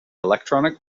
electronic